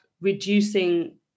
reducing